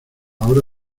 hora